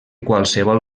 qualsevol